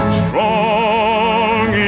strong